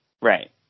Right